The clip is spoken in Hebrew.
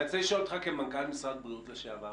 רוצה לשאול אותך כמנכ"ל משרד הבריאות לשעבר,